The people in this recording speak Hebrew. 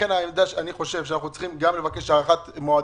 לכן אני חושב שאנחנו צריכים גם לבקש הארכת מועדים.